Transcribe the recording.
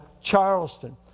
Charleston